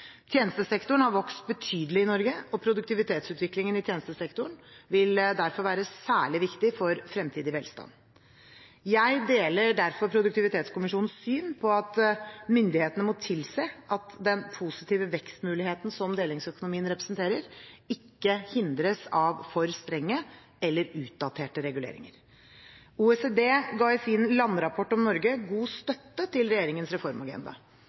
Tjenestesektoren har vokst betydelig i Norge, og produktivitetsutviklingen i tjenestesektoren vil derfor være særlig viktig for fremtidig velstand. Jeg deler derfor Produktivitetskommisjonens syn på at myndighetene må tilse at den positive vekstmuligheten som delingsøkonomien representerer, ikke hindres av for strenge eller utdaterte reguleringer. OECD ga i sin landrapport om Norge god støtte til regjeringens reformagenda.